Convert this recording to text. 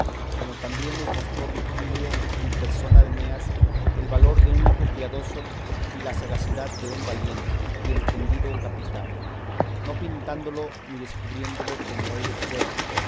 como también nos mostró virgilio en persona de eneas el valor de un hijo piadoso y la sagacidad de un valiente y entendido capitán no pintándolo ni descubriéndolo como ellos fueron